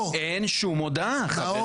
אין שום הודעה, חברים.